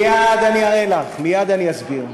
מייד אני אראה לך, מייד אני אסביר.